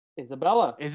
Isabella